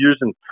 using